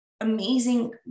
amazing